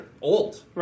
old